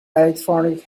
electronic